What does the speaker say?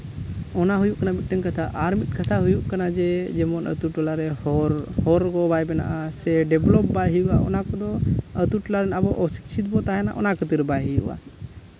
ᱚᱱᱟ ᱦᱩᱭᱩᱜ ᱠᱟᱱᱟ ᱢᱤᱫᱴᱮᱱ ᱠᱟᱛᱷᱟ ᱟᱨ ᱢᱤᱫ ᱠᱟᱛᱷᱟ ᱦᱩᱭᱩᱜ ᱠᱟᱱᱟ ᱡᱮ ᱡᱮᱢᱚᱱ ᱟᱹᱛᱩ ᱴᱚᱞᱟᱨᱮ ᱦᱚᱨ ᱦᱚᱨ ᱠᱚ ᱵᱟᱭ ᱵᱮᱱᱟᱜᱼᱟ ᱥᱮ ᱰᱮᱵᱷᱞᱚᱯ ᱵᱟᱭ ᱦᱩᱭᱩᱜᱼᱟ ᱚᱱᱟ ᱠᱚᱫᱚ ᱟᱹᱛᱩ ᱴᱚᱞᱟ ᱨᱮᱱ ᱟᱵᱚ ᱚᱥᱤᱪᱪᱷᱤᱛ ᱵᱚᱱ ᱛᱟᱦᱮᱱᱟ ᱚᱱᱟ ᱠᱷᱟᱹᱛᱤᱨ ᱵᱟᱭ ᱦᱩᱭᱩᱜᱼᱟ